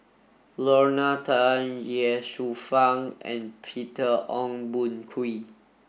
Lorna Tan Ye Shufang and Peter Ong Boon Kwee